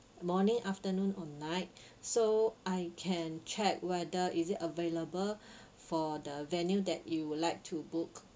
morning afternoon or night so I can check whether is it available for the venue that you would like to book